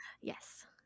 Yes